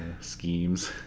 Schemes